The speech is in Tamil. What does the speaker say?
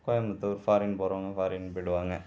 கோயம்புத்தூர் ஃபாரின் போகிறவங்க ஃபாரின் போயிடுவாங்க